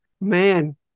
Man